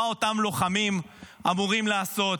מה אותם לוחמים אמורים לעשות?